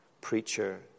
preacher